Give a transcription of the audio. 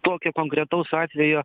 tokio konkretaus atvejo